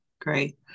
great